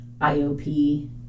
IOP